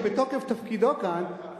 שבתוקף תפקידו כאן,